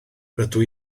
rydw